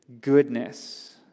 Goodness